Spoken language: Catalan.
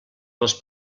les